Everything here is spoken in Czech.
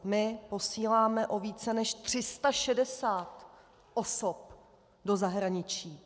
My posíláme o více než 360 osob do zahraničí .